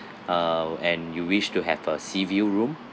uh and you wish to have a seaview room